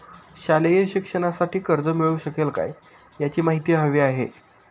शालेय शिक्षणासाठी कर्ज मिळू शकेल काय? याची माहिती हवी आहे